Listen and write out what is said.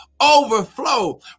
overflow